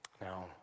Now